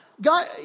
God